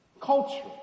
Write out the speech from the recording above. Culture